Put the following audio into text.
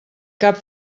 cap